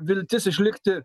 viltis išlikti